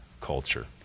culture